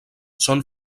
són